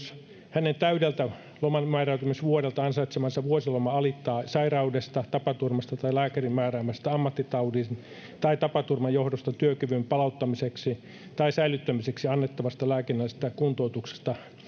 hänen täydeltä lomanmääräytymisvuodelta ansaitsemansa vuosiloma alittaa sairaudesta tapaturmasta tai lääkärin määräämästä ammattitaudin tai tapaturman johdosta työkyvyn palauttamiseksi tai säilyttämiseksi annettavasta lääkinnällisestä kuntoutuksesta